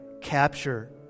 capture